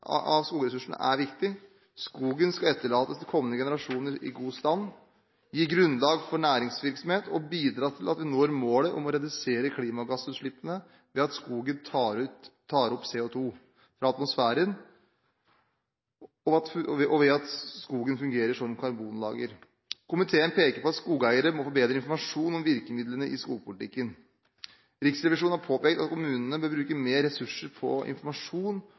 av skogressursene er viktig. Skogen skal etterlates til kommende generasjoner i god stand, gi grunnlag for næringsvirksomhet, og bidra til at en når målet om å redusere klimagassutslippene ved at skogen tar opp CO2fra atmosfæren, og ved at skogen fungerer som karbonlager. Komiteen peker på at skogeiere må få bedre informasjon om virkemidlene i skogpolitikken. Riksrevisjonen har påpekt at kommunene bør bruke mer ressurser på informasjon